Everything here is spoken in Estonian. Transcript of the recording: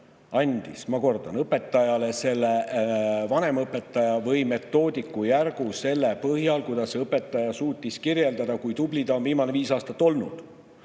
andis, ma kordan, õpetajale vanemõpetaja või metoodiku järgu selle põhjal, kuidas õpetaja suutis kirjeldada, kui tubli ta on viimased viis aastat olnud,